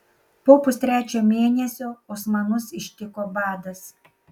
po pustrečio mėnesio osmanus ištiko badas